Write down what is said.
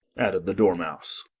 added the dormouse.